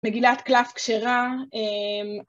מגילת קלף כשרה.